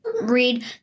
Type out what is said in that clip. read